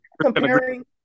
comparing